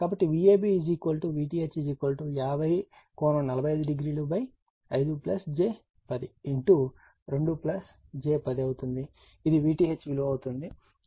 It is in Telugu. కాబట్టి VABVTH50∠4505j102j10 అవుతుంది ఇది VTHవిలువ అవుతుంది కాబట్టి దాన్ని శుభ్ర పరుస్తాను